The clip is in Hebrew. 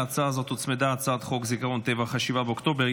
להצעת חוק זאת הוצמדה הצעת חוק זיכרון טבח 7 באוקטובר,